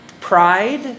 Pride